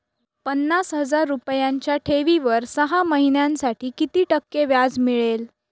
पन्नास हजार रुपयांच्या ठेवीवर सहा महिन्यांसाठी किती टक्के व्याज मिळेल?